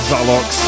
Zalox